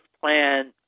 plan